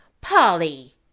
Polly